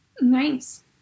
Nice